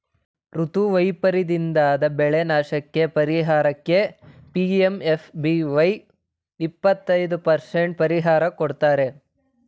ಋತು ವೈಪರೀತದಿಂದಾದ ಬೆಳೆನಾಶಕ್ಕೇ ಪರಿಹಾರಕ್ಕೆ ಪಿ.ಎಂ.ಎಫ್.ಬಿ.ವೈ ಇಪ್ಪತೈದು ಪರಸೆಂಟ್ ಪರಿಹಾರ ಕೊಡ್ತಾರೆ